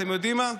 אתם יודעים מה?